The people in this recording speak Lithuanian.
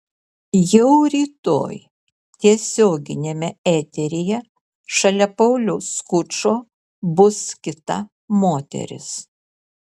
jau rytoj tiesioginiame eteryje šalia pauliaus skučo bus kita moteris